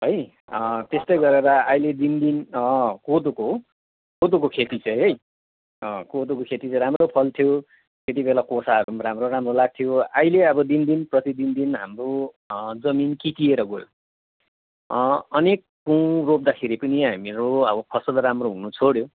है त्यस्तै गरेर अहिले दिन दिन अँ कोदोको कोदोको खेती चाहिँ है अँ कोदोको खेती चाहिँ राम्रो फल्थ्यो त्यति बेला कोसाहरू पनि राम्रो राम्रो लाग्थ्यो अहिले अब दिन दिन प्रतिदिन दिन हाम्रो जमिन किटिएर गयो अनेक कु रोप्दाखेरि पनि हामीहरू अब फसल राम्रो हुनु छोड्यो